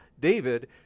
David